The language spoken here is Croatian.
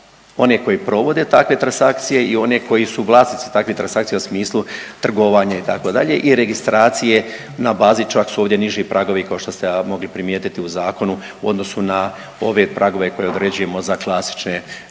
one koji provode takve transakcije i one koji su vlasnici takvih transakcija u smislu trgovanje, itd. i registracije na bazi, čak su ovdje niži pragovi kao što ste mogli primijetiti u zakonu u odnosu na ove pragove koje određujemo za klasične novčane